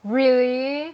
really